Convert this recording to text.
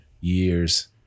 Years